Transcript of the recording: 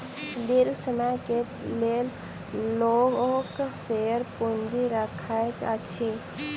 दीर्घ समय के लेल लोक शेयर पूंजी रखैत अछि